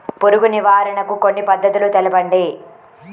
పురుగు నివారణకు కొన్ని పద్ధతులు తెలుపండి?